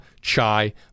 chai